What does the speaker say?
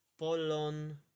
polon